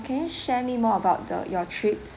can you share me more about the your trips